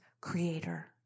creator